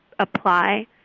apply